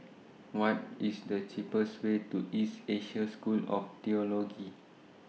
What IS The cheapest Way to East Asia School of Theology